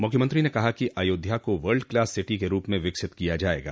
मुख्यमंत्री ने कहा कि अयोध्या को वर्ल्ड क्लास सिटी के रूप में विकसित किया जायेगा